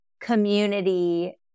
community